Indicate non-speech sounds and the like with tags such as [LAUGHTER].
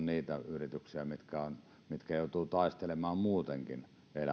[UNINTELLIGIBLE] niitä yrityksiä mitkä joutuvat taistelemaan muutenkin